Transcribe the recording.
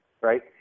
Right